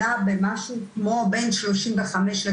עלה במשהו כמו בין 35%-55%,